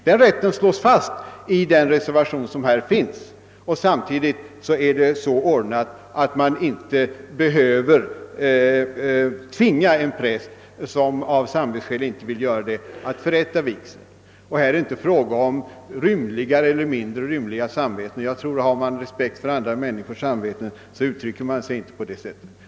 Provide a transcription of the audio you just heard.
Denna rätt fastslås i reservationen, och samtidigt är det så ordnat att man inte behöver tvinga en präst, som av samvetsskäl inte vill göra det, att förrätta vigsel. Här är det inte fråga om »rymliga» eller »mindre rymliga» samveten. Jag tror att om man har respekt för andra människors känslor, så uttrycker man sig inte på det sättet. Herr talman!